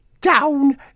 down